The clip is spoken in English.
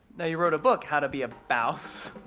now you wrote a book, how to be a bawse.